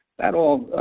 that all,